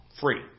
free